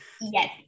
Yes